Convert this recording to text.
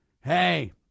hey